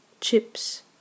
Chips